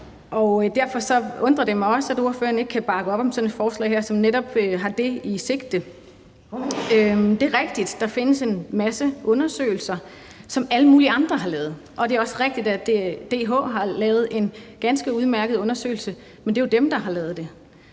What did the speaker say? Derfor undrer det mig også, at ordføreren ikke kan bakke op om sådan et forslag her, som netop har fokus på det. Det er rigtigt, at der findes en masse undersøgelser, som alle mulige andre har lavet, og det er også rigtigt, at DH har lavet en ganske udmærket undersøgelse, men det er jo dem, der har lavet den.